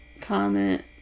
comment